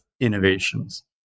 innovations